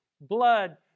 blood